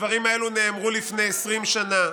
הדברים האלה נאמרו לפני 20 שנה,